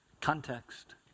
Context